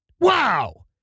Wow